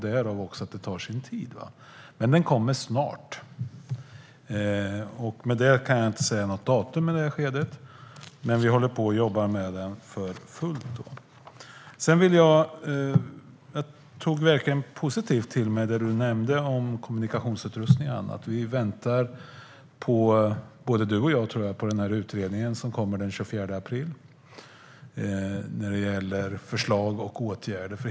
Därför tar det tid, men den kommer snart. Jag kan inte säga något datum i det här skedet, men vi jobbar för fullt. Jag är positiv till vad Nina nämnde om kommunikationsutrustning. Vi väntar båda två på den utredning som kommer den 24 april när det gäller förslag och åtgärder.